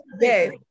yes